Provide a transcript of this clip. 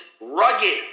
rugged